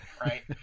right